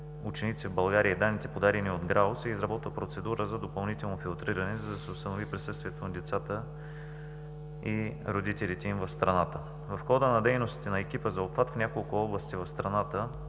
ученици в България и данните подадени от ГРАО, се изработва процедура за допълнително филтриране, за да се установи присъствието на децата и родителите им в страната. В хода на дейностите на екипа за обхват в няколко области в страната